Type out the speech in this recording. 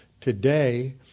today